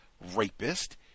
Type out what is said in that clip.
rapist